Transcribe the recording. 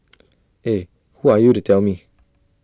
eh who are you to tell me